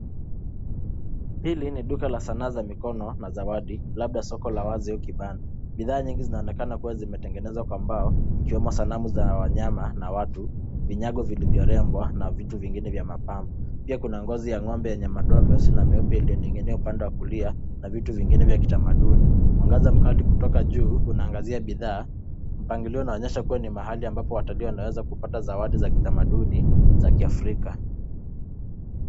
Hili ni duka la sanaa za mikono na zawadi, labda soko la wazi au kibanda. Bidhaa nyingi zinaonekana kuwa zimetengenezwa kwa bao, zikiwemo sanamu za wanyama na watu, vinyango vilivyorembwa na vitu vingine vya mapambo. Pia kuna ngozi ya ng'ombe yenye madoa meusi na meupe iliyoning'inia upande wa kulia, na vitu vingine vya kitamaduni. Mwangaza mkali kutoka juu unaangazia bidhaa. Mpangilio unaonyesha kuwa ni mahali ambapo watalii wanaweza kupata zawadi za kitamaduni za kiafrika.